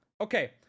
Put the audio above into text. Okay